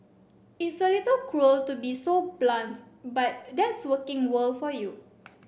it's a little cruel to be so blunt but that's working world for you